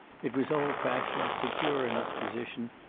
it was old-fashioned, secure in its position,